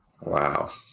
Wow